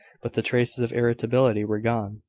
but the traces of irritability were gone.